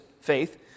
faith